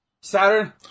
Saturn